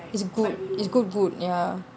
is good it's good good ya